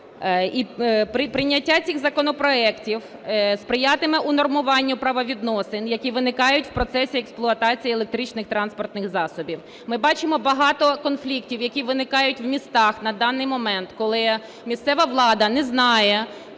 Прийняття цих законопроектів сприятиме унормуванню правовідносин, які виникають у процесі експлуатації електричних транспортних засобів. Ми бачимо багато конфліктів, які виникають у містах. На даний момент, коли місцева влада не знає,